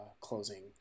closing